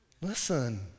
Listen